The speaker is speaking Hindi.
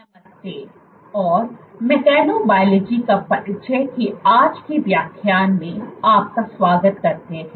नमस्ते और mechanobiology का परिचय की आज की व्याख्यान में आपका स्वागत करते हैं